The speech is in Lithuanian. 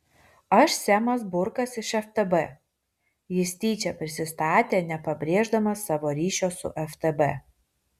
aš semas burkas iš ftb jis tyčia prisistatė nepabrėždamas savo ryšio su ftb